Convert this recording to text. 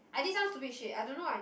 I did some stupid shit I don't know what I